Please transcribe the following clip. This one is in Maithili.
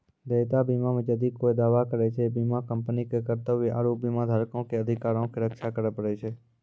देयता बीमा मे जदि कोय दावा करै छै, बीमा कंपनी के कर्तव्य आरु बीमाधारको के अधिकारो के रक्षा करै पड़ै छै